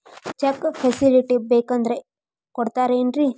Check facility ಬೇಕಂದ್ರ ಕೊಡ್ತಾರೇನ್ರಿ?